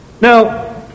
Now